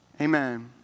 Amen